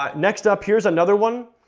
um next up, here's another one,